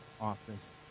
office